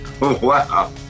Wow